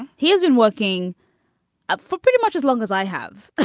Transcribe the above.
he has been working ah for pretty much as long as i have, but